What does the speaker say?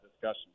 discussion